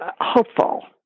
hopeful